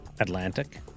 atlantic